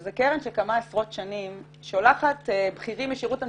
שזאת קרן שכמה עשרות שנים שולחת בכירים משירות המדינה.